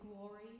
glory